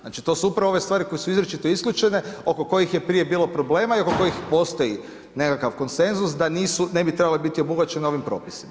Znači to su upravo ove stvari koje su izričito isključene, oko kojih je prije bilo problema i oko kojih postoji nekakav konsenzus da nisu, ne bi trebale biti obuhvaćene ovim propisima.